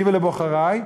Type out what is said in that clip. לי ולבוחרי,